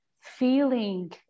feeling